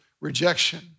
rejection